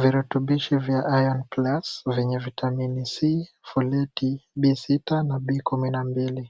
Virutubisho vya Iron Plus , venye vitamini C, foleti, B6 na B12,